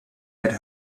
had